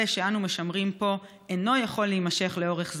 שאנו משמרים פה אינו יכול להימשך לאורך זמן,